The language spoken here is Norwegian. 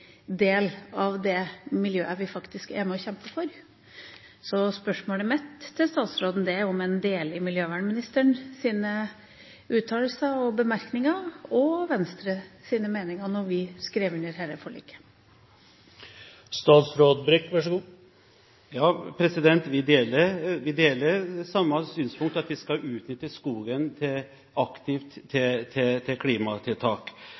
del av det miljøet vi faktisk er med og kjemper for. Så spørsmålet mitt til statsråden er om han deler miljøvernministerens uttalelser og bemerkninger og Venstres meninger da vi skrev under dette forliket. Vi deler det synspunktet at vi skal utnytte skogen aktivt til klimatiltak.